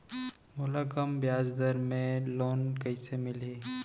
मोला कम ब्याजदर में लोन कइसे मिलही?